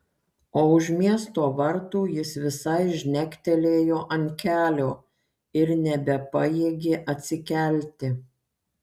o už miesto vartų jis visai žnektelėjo ant kelio ir nebepajėgė atsikelti